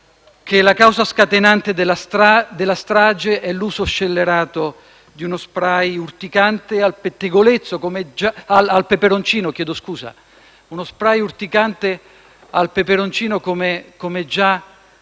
la causa scatenante della strage è stato l'uso scellerato di uno *spray* urticante al peperoncino, come già avvenuto